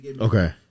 Okay